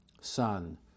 Son